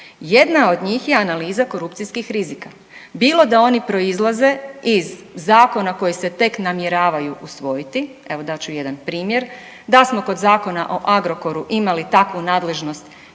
Jedna od njih je analiza korupcijskih rizika, bilo da oni proizlaze iz zakona koji se tek namjeravaju usvojiti, evo dat ću jedan primjer, da smo kod zakona o Agrokoru imali takvu nadležnost